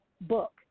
book